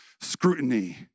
scrutiny